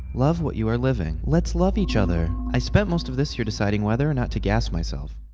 love what you are living. let's love each other. i spent most of this year deciding whether or not to gas myself.